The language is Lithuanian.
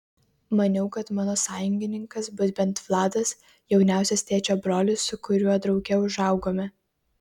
maniau kad mano sąjungininkas bus bent vladas jauniausias tėčio brolis su kuriuo drauge užaugome